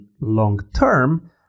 long-term